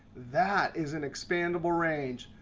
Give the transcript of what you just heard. that is an expandable range.